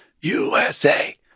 USA